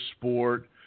sport